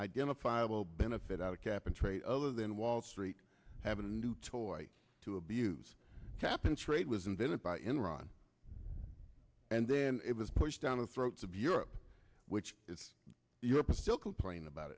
identifiable benefit out of cap and trade other than wall street have a new toy to abuse cap and trade was invented by enron and then it was pushed down the throats of europe which is you have to still complain about